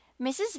Mrs